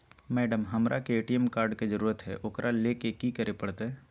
Madam, हमरा के ATM card के जरूरत है ऊकरा ले की की करे परते?